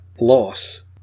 loss